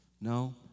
No